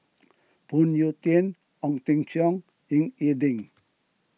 Phoon Yew Tien Ong Teng Cheong Ying E Ding